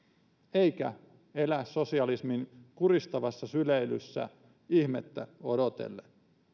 eikä elä sosialismin kuristavassa syleilyssä ihmettä odotellen